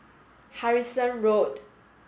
Harrison Road